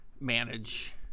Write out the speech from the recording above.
manage